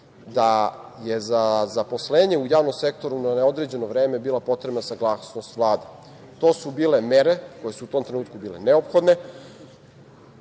da je za zaposlenje u javnom sektoru na određeno vreme bila potrebna saglasnost Vlade. To su bile mere koje su u tom trenutku bile neophodne